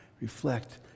reflect